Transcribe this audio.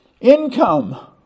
income